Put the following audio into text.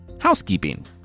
housekeeping